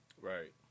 Right